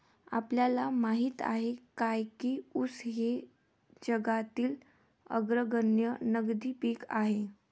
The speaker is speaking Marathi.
आपल्याला माहित आहे काय की ऊस हे जगातील अग्रगण्य नगदी पीक आहे?